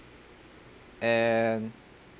and